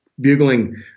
bugling